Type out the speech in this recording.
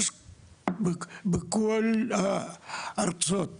יש בכל הארצות